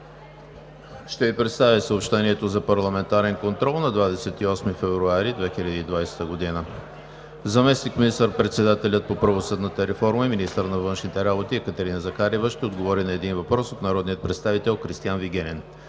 Ще Ви представя съобщението за парламентарния контрол на 28 февруари 2020 г., петък: 1. Заместник министър-председателят по правосъдната реформа и министър на външните работи Екатерина Захариева ще отговори на един въпрос от народния представител Кристиан Вигенин;